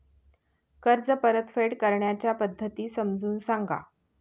कर्ज परतफेड करण्याच्या पद्धती समजून सांगा